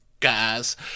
Guys